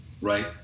Right